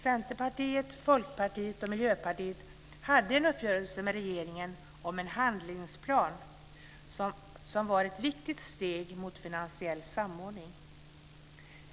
Centerpartiet, Folkpartiet och Miljöpartiet hade en uppgörelse med regeringen om en handlingsplan som var ett viktigt steg mot finansiell samordning.